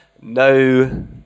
no